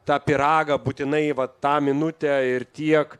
tą pyragą būtinai va tą minutę ir tiek